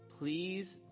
Please